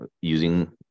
using